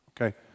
Okay